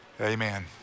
amen